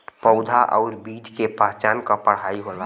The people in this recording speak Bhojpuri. पउधा आउर बीज के पहचान क पढ़ाई होला